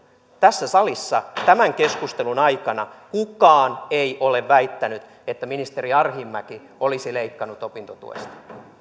tässä salissa tämän keskustelun aikana kukaan ei ole väittänyt että ministeri arhinmäki olisi leikannut opintotuesta